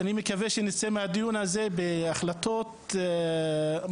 אני מקווה שנמצא מהדיון הזה בהחלטות ממש.